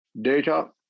data